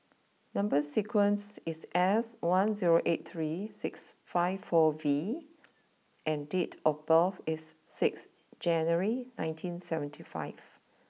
number sequence is S one zero eight three six five four V and date of birth is six January nineteen seventy five